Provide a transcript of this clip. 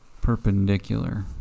perpendicular